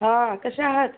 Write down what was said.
हा कसे आहात